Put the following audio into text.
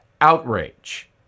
outrage